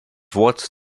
watt